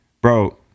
bro